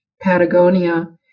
Patagonia